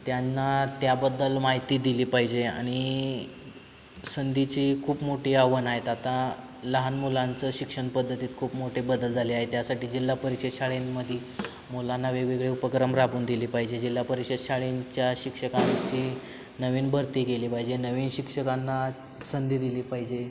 त्यांना त्याबद्दल माहिती दिली पाहिजे आणि संधीची खूप मोठी आव्हानं आहेत आता लहान मुलांचं शिक्षणपद्धतीत खूप मोठे बदल झाले आहे त्यासाठी जिल्हा परिषद शाळेंमध्ये मुलांना वेगवेगळे उपक्रम राबवून दिली पाहिजे जिल्हा परिषद शाळेंच्या शिक्षकांची नवीन भरती केली पाहिजे नवीन शिक्षकांना संधी दिली पाहिजे